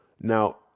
Now